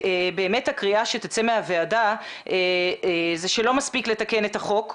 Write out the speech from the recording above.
הקריאה שתצא מהוועדה זה שלא מספיק לתקן את חוק